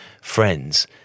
friends